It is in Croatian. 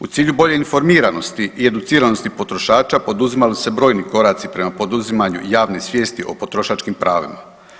U cilju bolje informiranosti i educiranosti potrošača poduzimali su se brojni koraci prema poduzimanju javne svijesti o potrošačkim pravima.